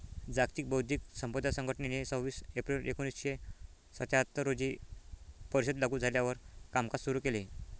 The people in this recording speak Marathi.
जागतिक बौद्धिक संपदा संघटनेने सव्वीस एप्रिल एकोणीसशे सत्याहत्तर रोजी परिषद लागू झाल्यावर कामकाज सुरू केले